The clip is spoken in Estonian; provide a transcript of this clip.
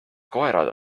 koerad